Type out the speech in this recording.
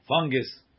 Fungus